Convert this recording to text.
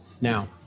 now